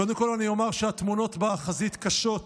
קודם כול אני אומר שהתמונות מהחזית קשות,